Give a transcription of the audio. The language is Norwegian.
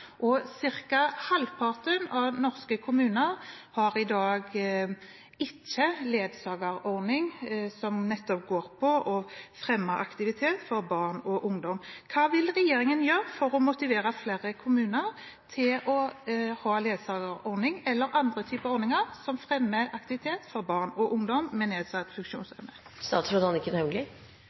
og ca. halvparten av norske kommuner har i dag ikke ledsagerordning, som nettopp går på å fremme aktivitet for barn og ungdom. Hva vil regjeringen gjøre for å motivere flere kommuner til å ha ledsagerordning eller andre typer ordninger som fremmer aktivitet for barn og ungdom med nedsatt